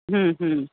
ಹ್ಞೂ ಹ್ಞೂ